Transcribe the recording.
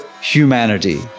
humanity